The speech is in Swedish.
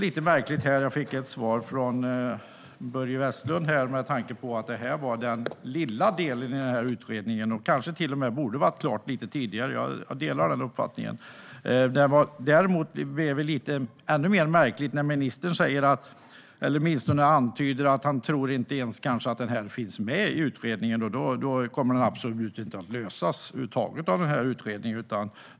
Jag fick ett svar från Börje Vestlund här där det sas att detta var den lilla delen i utredningen och att den kanske borde ha varit klar lite tidigare. Jag delar den uppfattningen. Det blir dock ännu märkligare när ministern antyder att han tror att detta inte ens finns med i utredningen. Då kommer ju frågan inte alls att lösas av utredningen.